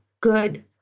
good